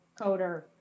coder